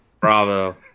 Bravo